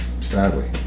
Sadly